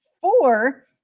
four